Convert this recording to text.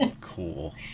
Cool